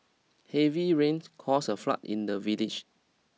heavy rains caused a flood in the village